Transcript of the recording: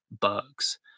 bugs